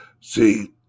See